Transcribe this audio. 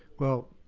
well,